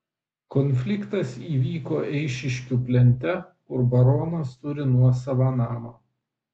konfliktas įvyko eišiškių plente kur baronas turi nuosavą namą